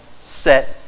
set